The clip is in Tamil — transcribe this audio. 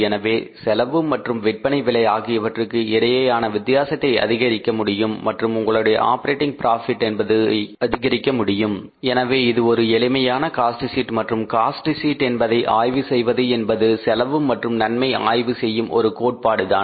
எனவே செலவு மற்றும் விற்பனை விலை ஆகியவற்றுக்கு இடையேயான வித்தியாசத்தை அதிகரிக்க முடியும் மற்றும் உங்களுடைய ஆப்பரேட்டிங் பிராபிட் என்பது அதிகமாக கிடைக்கும் எனவே இது ஒரு எளிமையான காஸ்ட் ஷீட் மற்றும் காஸ்ட் ஷீட் என்பதை ஆய்வு செய்வது என்பது செலவு மற்றும் நன்மையை ஆய்வு செய்யும் ஒரு கோட்பாடுதான்